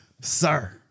Sir